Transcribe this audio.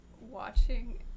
watching